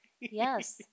Yes